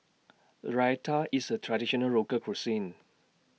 Raita IS A Traditional Local Cuisine